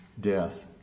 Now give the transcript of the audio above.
death